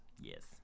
Yes